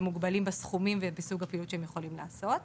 ומוגבלים בסכומים ובסוג הפעילות שהם יכולים לעשות.